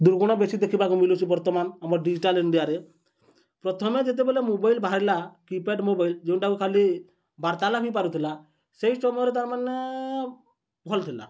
ଦୁର୍ଗୁଣ ବେଶୀ ଦେଖିବାକୁ ମିଳୁଛି ବର୍ତ୍ତମାନ ଆମ ଡିଜିଟାଲ୍ ଇଣ୍ଡିଆରେ ପ୍ରଥମେ ଯେତେବେଳେ ମୋବାଇଲ ବାହାରିଲା କିପ୍ୟାଡ଼୍ ମୋବାଇଲ ଯେଉଁଟାକୁ ଖାଲି ବାର୍ତ୍ତା ଲାଗି ପାରୁଥିଲା ସେଇ ସମୟରେ ତା'ମାନେ ଭଲ ଥିଲା